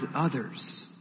others